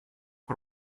for